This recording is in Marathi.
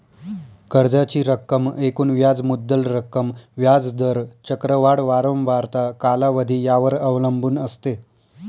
कर्जाची रक्कम एकूण व्याज मुद्दल रक्कम, व्याज दर, चक्रवाढ वारंवारता, कालावधी यावर अवलंबून असते